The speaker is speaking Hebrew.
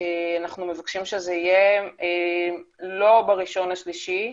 מבקשים שהעברת הדיווח לכנסת לא תהיה ב-1 למארס,